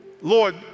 Lord